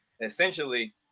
essentially